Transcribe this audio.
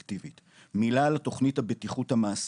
מילה על תוכנית הבטיחות המעשית,